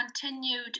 continued